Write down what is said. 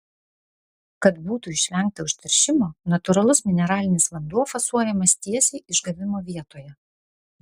kad būtų išvengta užteršimo natūralus mineralinis vanduo fasuojamas tiesiai išgavimo vietoje